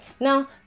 Now